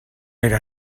era